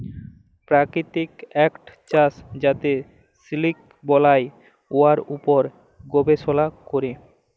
পাকিতিক ইকট চাষ যাতে সিলিক বালাই, উয়ার উপর গবেষলা ক্যরে